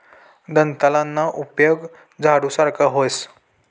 दंताळाना उपेग झाडू सारखा व्हस